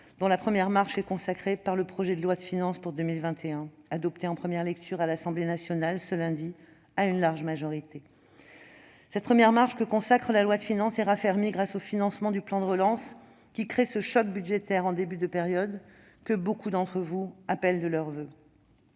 dont la première marche est consacrée par le projet de loi de finances pour 2021, adopté en première lecture à l'Assemblée nationale ce lundi à une large majorité. Cette première marche, consacrée par le projet de loi de finances, est raffermie grâce aux financements du plan de relance, qui créent le choc budgétaire de début de période que nombre d'entre vous appellent de leurs voeux.